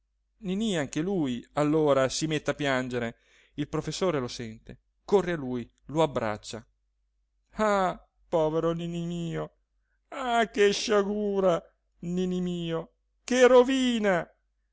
ninì anche lui allora si mette a piangere il professore lo sente corre a lui lo abbraccia ah povero ninì mio ah che sciagura ninì mio che rovina